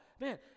man